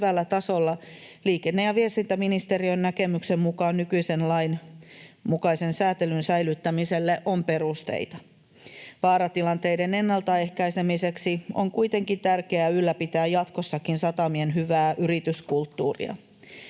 hyvällä tasolla, liikenne- ja viestintäministeriön näkemyksen mukaan nykyisen lain mukaisen sääntelyn säilyttämiselle on perusteita. Vaaratilanteiden ennaltaehkäisemiseksi on kuitenkin tärkeää ylläpitää jatkossakin satamien hyvää yrityskulttuuria.